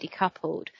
decoupled